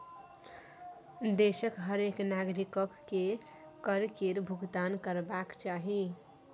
देशक हरेक नागरिककेँ कर केर भूगतान करबाक चाही